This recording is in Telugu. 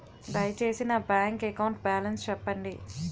దయచేసి నా బ్యాంక్ అకౌంట్ బాలన్స్ చెప్పండి